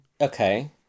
Okay